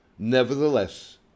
Nevertheless